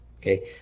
Okay